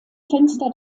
fenster